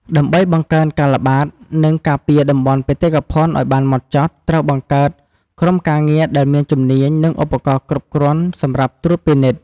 ដើម្បីបង្កើនការល្បាត និងការពារតំបន់បេតិកភណ្ឌឱ្យបានហ្មត់ចត់ ត្រូវបង្កើតក្រុមការងារដែលមានជំនាញ និងឧបករណ៍គ្រប់គ្រាន់ សម្រាប់ត្រួតពិនិត្យ។